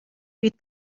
beat